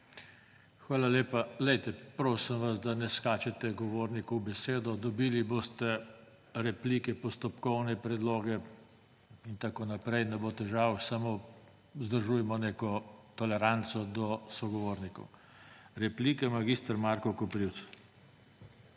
Hvala lepa. Prosim vas, da ne skačete govorniku v besedo. Dobili boste replike, postopkovne predloge, ne bo težav, samo vzdržujmo neko toleranco do sogovornikov. Replika, mag. Marko Koprivc.